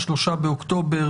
ב-3 באוקטובר,